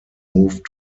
moved